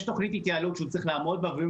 יש תוכנית התייעלות שהוא צריך לעמוד בה ואם